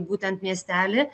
būtent miestelį